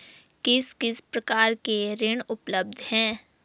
किस किस प्रकार के ऋण उपलब्ध हैं?